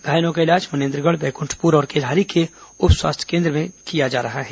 घायलों का इलाज मनेन्दगढ़ बैकुंठपुर और केल्हारी के उप स्वास्थ्य केन्द्र में चल रहा है